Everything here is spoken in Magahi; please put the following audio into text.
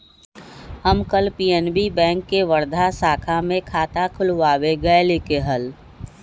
हम कल पी.एन.बी बैंक के वर्धा शाखा में खाता खुलवावे गय लीक हल